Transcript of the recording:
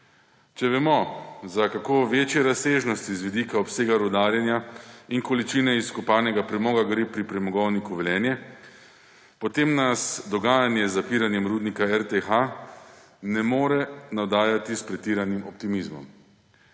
Če vemo, za koliko večje razsežnosti z vidika obsega rudarjenja in količine izkopanega premoga gre pri Premogovniku Velenje, potem nas dogajanje z zapiranjem rudnika RTH ne more navdajati s pretiranim optimizmom.